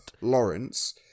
Lawrence